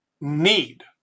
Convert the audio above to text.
need